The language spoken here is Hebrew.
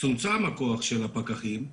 צומצם הכוח של הפקחים,